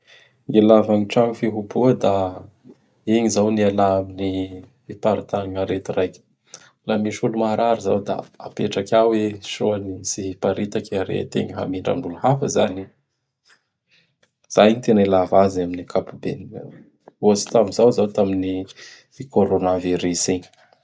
Gn' ilava gny tragno fihiboha; da igny zao gn'iala amin'ny fiparitahan gn' arety raiky. Laha misy olo maharary izao da apetraky ao i soa tsy hiparitaky i arety igny. Hamindra amin'olo hafa izany i. Izay gny tena ilava azy amign' ankapobeny. Ohatsy tamin'izao, zao tamin'ny Corona Virus igny.